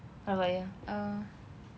how about you